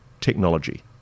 technology